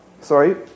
sorry